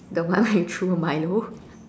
the one when you threw a Milo